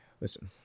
Listen